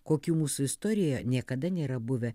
kokių mūsų istorijoje niekada nėra buvę